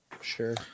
Sure